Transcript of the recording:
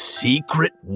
secret